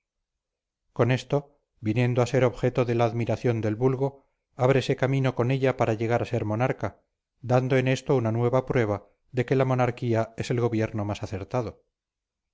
con esto viniendo a ser objeto de la admiración del vulgo ábrese camino con ella para llegar a ser monarca dando en esto una nueva prueba de que la monarquía es el gobierno más acertado